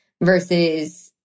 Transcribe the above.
versus